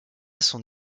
son